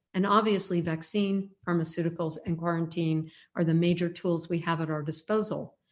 and obviously vaccine, pharmaceuticals and quarantine are the major tools we have at our disposal,